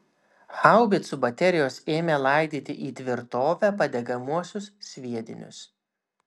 haubicų baterijos ėmė laidyti į tvirtovę padegamuosius sviedinius